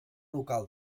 local